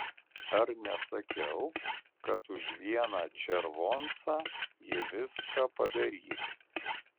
ar nesakiau kad už vieną červoncą ji viską padarys